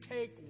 take